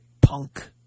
Punk